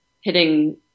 hitting